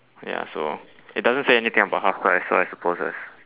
ya so it doesn't say anything about half price so I suppose that's